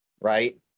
right